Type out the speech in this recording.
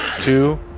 Two